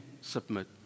submit